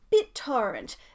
BitTorrent